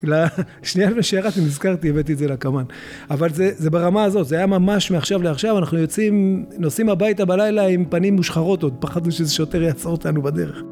ל.. שירדתי נזכרתי, הבאתי את זה לקמ"ן. אבל זה ברמה הזאת, זה היה ממש מעכשיו לעכשיו, אנחנו יוצאים, נוסעים הביתה בלילה עם פנים מושחרות עוד, פחדנו שאיזה שוטר יעצור אותנו בדרך.